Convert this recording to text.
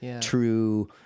true